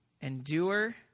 endure